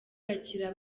bakira